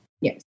Yes